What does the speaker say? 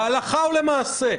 להלכה או למעשה.